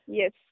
yes